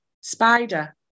spider